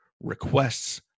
requests